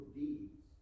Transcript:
deeds